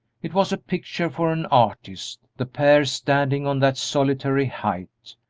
it was a picture for an artist, the pair standing on that solitary height!